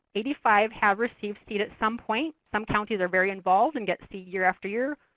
eighty five have received seed at some point. some counties are very involved and get seed year after year.